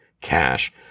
cash